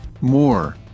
More